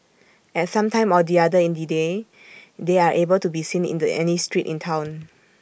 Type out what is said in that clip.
at some time or the other in the day they are able to be seen in the any street in Town